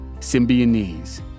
Symbionese